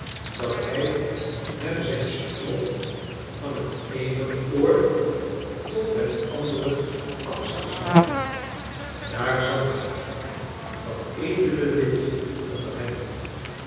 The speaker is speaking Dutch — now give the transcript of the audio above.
dat hij hem zijn strot van t eene oor tot het andere af zou snijden daar zat hij dat edele lid onder hen